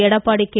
Edappadi K